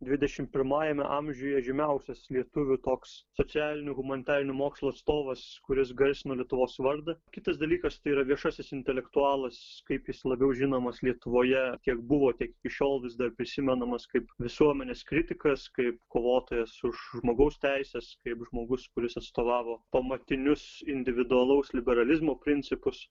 dvidešimt pirmajame amžiuje žymiausias lietuvių toks socialinių humanitarinių mokslų atstovas kuris garsino lietuvos vardą kitas dalykas tai yra viešasis intelektualas kaip jis labiau žinomas lietuvoje kiek buvo tiek iki šiol vis dar prisimenamas kaip visuomenės kritikas kaip kovotojas už žmogaus teises kaip žmogus kuris atstovavo pamatinius individualaus liberalizmo principus